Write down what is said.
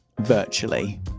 virtually